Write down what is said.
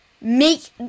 Make